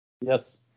Yes